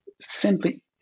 simply